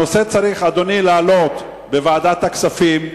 הנושא צריך, אדוני, לעלות בוועדת הכספים.